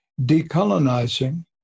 decolonizing